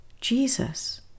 Jesus